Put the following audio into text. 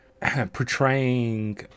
portraying